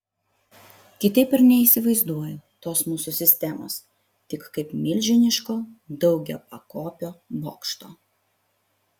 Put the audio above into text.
kitaip ir neįsivaizduoju tos mūsų sistemos tik kaip milžiniško daugiapakopio bokšto